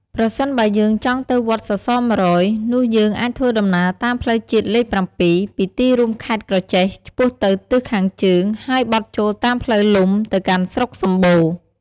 ប្រសិនបើយើងចង់ទៅវត្តសសរ ១០០ នោះយើងអាចធ្វើដំណើរតាមផ្លូវជាតិលេខ ៧ ពីទីរួមខេត្តក្រចេះឆ្ពោះទៅទិសខាងជើង ហើយបត់ចូលតាមផ្លូវលំទៅកាន់ស្រុកសំបូរ ។